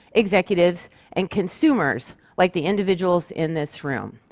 executives and consumers like the individuals in this room.